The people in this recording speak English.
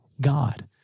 God